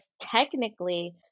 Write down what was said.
technically